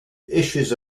issues